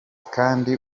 kandi